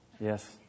Yes